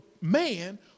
man